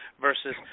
versus